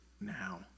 now